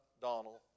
Donald